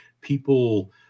people